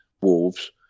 Wolves